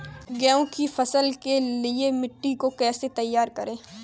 गेहूँ की फसल के लिए मिट्टी को कैसे तैयार करें?